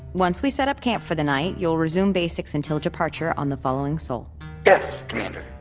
once we set up camp for the night, you'll resume basics until departure on the following sol yes, commander.